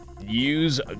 use